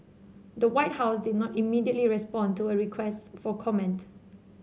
the White House did not immediately respond to a request for comment